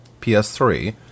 PS3